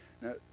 Now